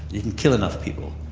didn't kill enough people,